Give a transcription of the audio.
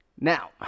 Now